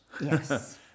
Yes